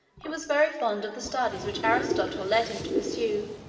he was very fond of the studies which aristotle led him to pursue,